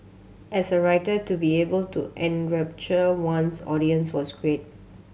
as a writer to be able to enrapture one's audience was great